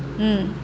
mm